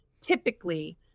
typically